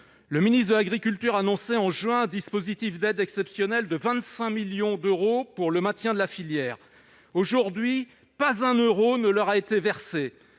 Le ministre de l'agriculture annonçait, en juin, un dispositif d'aide exceptionnelle de 25 millions d'euros pour le maintien de la filière. Aujourd'hui, pas un euro n'a été versé